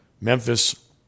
Memphis